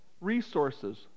resources